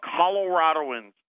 Coloradoans